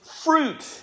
fruit